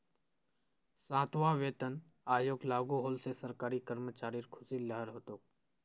सातवां वेतन आयोग लागू होल से सरकारी कर्मचारिर ख़ुशीर लहर हो तोक